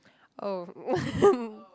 oh